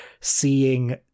seeing